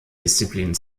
disziplin